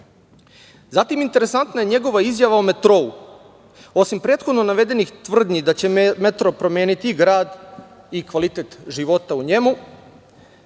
interesantna je njegova izjava o metrou. Osim prethodno navedenih tvrdnji da će metro promeniti grad i kvalitet života u njemu